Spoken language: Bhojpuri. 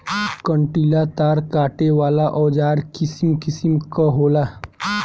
कंटीला तार काटे वाला औज़ार किसिम किसिम कअ होला